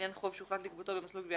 לעניין חוב שהוחלט לגבותו במסלול גבייה